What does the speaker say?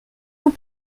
nous